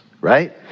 right